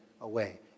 away